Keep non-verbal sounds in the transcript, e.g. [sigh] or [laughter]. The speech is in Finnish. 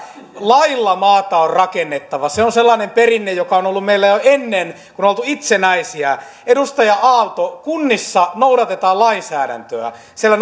lailla maata on rakennettava se on sellainen perinne joka on ollut meillä jo ennen kuin on oltu itsenäisiä edustaja aalto kunnissa noudatetaan lainsäädäntöä siellä [unintelligible]